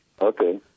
Okay